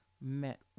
met